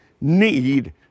need